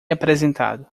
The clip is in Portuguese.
apresentado